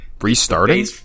Restarting